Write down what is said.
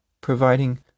providing